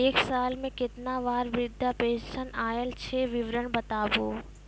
एक साल मे केतना बार वृद्धा पेंशन आयल छै विवरन बताबू?